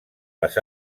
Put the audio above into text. les